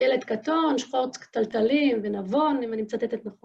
ילד קטון, שחור תלתלים ונבון, אם אני מצטטת נכון.